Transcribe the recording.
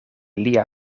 lia